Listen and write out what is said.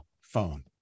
phone